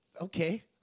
okay